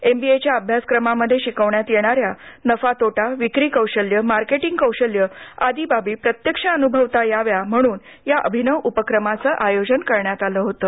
एमबीएच्या अभ्यासक्रमामध्ये शिकविण्यात येणाऱ्या नफा तोटा विक्री कौशल्य मार्केटिंग कौशल्य आदी बाबी प्रत्यक्ष अनुभवता याव्या म्हणून या अभिनव उपक्रमाचे आयोजन करण्यात आलं होतं